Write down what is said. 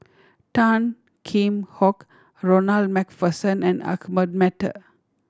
Tan Kheam Hock Ronald Macpherson and Ahmad Mattar